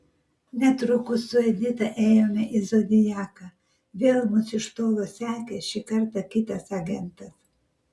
netrukus su edita ėjome į zodiaką vėl mus iš tolo sekė šį kartą kitas agentas